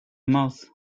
mouth